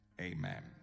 Amen